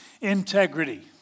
integrity